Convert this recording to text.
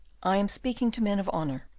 i am speaking to men of honor.